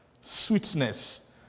sweetness